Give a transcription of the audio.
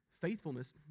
faithfulness